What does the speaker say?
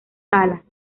talas